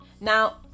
Now